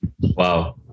Wow